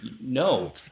no